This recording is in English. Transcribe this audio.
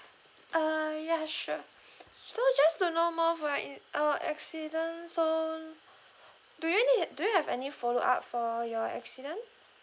uh ya sure so just to know more for your in uh accident so do you need do you have any follow up for your accident